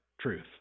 truth